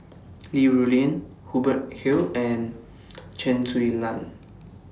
Li Rulin Hubert Hill and Chen Su Lan